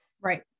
Right